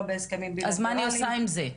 אז מה אני עושה עם זה?